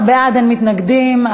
13 בעד, אין מתנגדים.